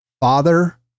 father